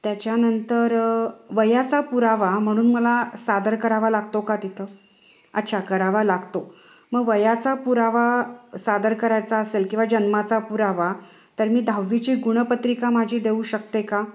त्याच्यानंतर वयाचा पुरावा म्हणून मला सादर करावा लागतो का तिथं अच्छा करावा लागतो मग वयाचा पुरावा सादर करायचा असेल किंवा जन्माचा पुरावा तर मी दहावीची गुणपत्रिका माझी देऊ शकते का